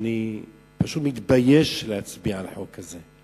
שאני מתבייש להצביע על החוק הזה,